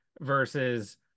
versus